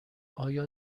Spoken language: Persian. آیا